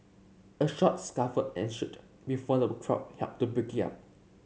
a short scuffle ensued before the crowd helped to break it up